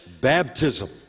baptism